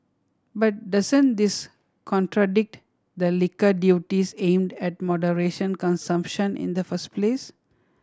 but doesn't this contradict the liquor duties aimed at moderation consumption in the first place